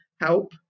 help